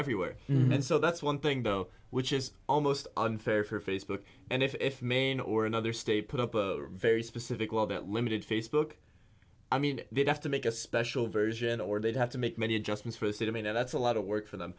everywhere and so that's one thing though which is almost unfair for facebook and if maine or another state put up a very specific well that limited facebook i mean they'd have to make a special version or they'd have to make many adjustments for the state of maine and that's a lot of work for them